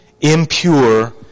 impure